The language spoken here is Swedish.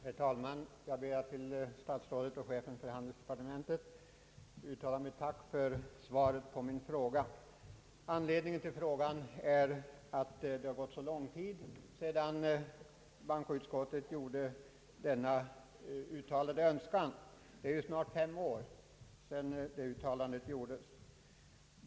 Herr talman! Jag ber att till statsrådet och chefen för handelsdepartementet få uttala mitt tack för svaret på min fråga. Anledningen till frågan är att det gått så lång tid — snart fem år — sedan bankoutskottet gjorde sitt uttalande.